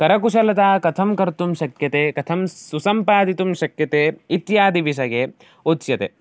करकुशलता कथं कर्तुं शक्यते कथं सुसम्पादितुं शक्यते इत्यादिविषये उच्यते